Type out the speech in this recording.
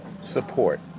support